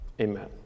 Amen